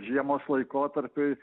žiemos laikotarpiui